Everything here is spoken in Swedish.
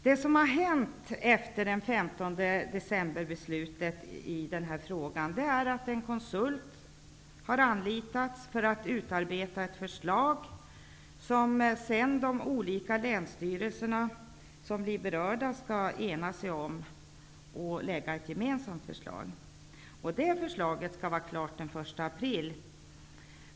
Det som har hänt i den frågan efter beslutet den 15 december är att en konsult har anlitats för att utarbeta ett förslag, och sedan skall de berörda länsstyrelserna ena sig om ett gemensamt förslag, som skall vara klart den 1 april.